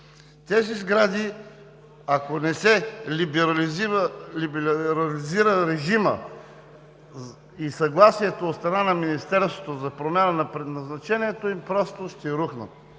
Тези сгради, ако не се либерализира режимът и съгласието от страна на Министерството за промяна на предназначението им, просто ще рухнат.